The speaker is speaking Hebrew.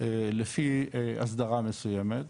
לפי הסדרה מסוימת,